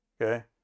okay